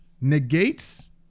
negates